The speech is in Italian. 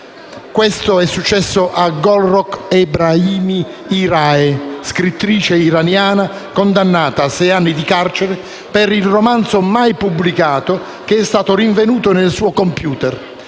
Questo è successo a Golrokh Ebrahimi Iraee, scrittrice iraniana, condannata a sei anni di carcere per il romanzo mai pubblicato che è stato rinvenuto nel suo *computer*.